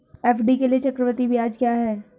FD के लिए चक्रवृद्धि ब्याज क्या है?